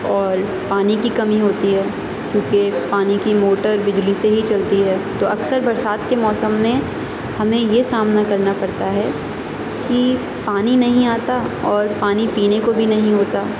اور پانی کی کمی ہوتی ہے کیوں کہ پانی کی موٹر بجلی سے ہی چلتی ہے تو اکثر برسات کے موسم میں ہمیں یہ سامنا کرنا پڑتا ہے کہ پانی نہیں آتا اور پانی پینے کو بھی نہیں ہوتا